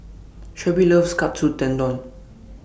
Shelby loves Katsu Tendon